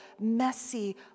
messy